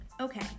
Okay